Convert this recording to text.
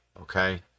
okay